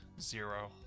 zero